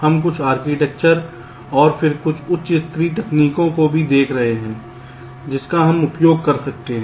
हम कुछ आर्किटेक्चर और फिर उच्च स्तरीय तकनीकों को भी देख रहे हैं जिनका हम उपयोग कर सकते हैं